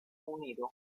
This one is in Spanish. unido